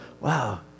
wow